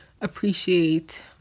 appreciate